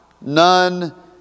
none